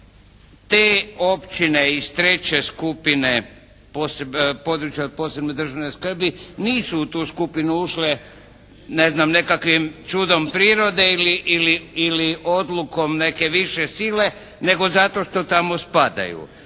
Te općine iz treće skupine područja od posebne državne skrbi nisu u tu skupinu ušle, ne znam nekakvim čudom prirode ili odlukom neke više sile, nego zato što tamo spadaju.